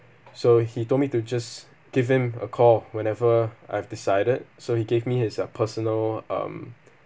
so he told me to just give him a call whenever I've decided so he gave me his uh personal um